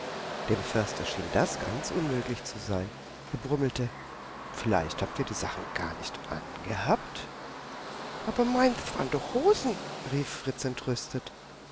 dem förster schien das ganz unmöglich zu sein er brummelte vielleicht habt ihr die sachen gar nicht angehabt aber meins waren doch hosen rief fritz entrüstet